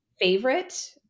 favorite